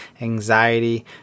anxiety